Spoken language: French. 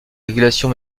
régulation